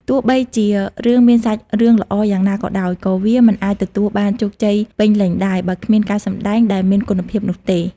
ទោះបីជារឿងមានសាច់រឿងល្អយ៉ាងណាក៏ដោយ ក៏វាមិនអាចទទួលបានជោគជ័យពេញលេញដែរ បើគ្មានការសម្ដែងដែលមានគុណភាពនោះទេ។